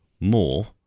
more